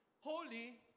holy